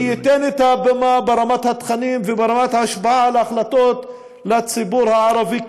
שייתן את הבמה ברמת התכנים וברמת ההשפעה על החלטות לציבור הערבי,